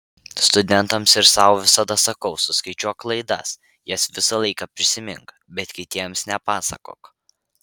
studentams ir sau visada sakau suskaičiuok klaidas jas visąlaik prisimink bet kitiems nepasakok